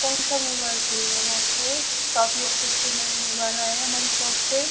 कौन सा मोबाइल चाहिए मैम आपको काफ़ी अच्छे अच्छे नए मोबाइल आए हैं हमारी शॉप पर